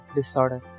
Disorder